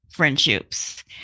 Friendships